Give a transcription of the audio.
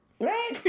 Right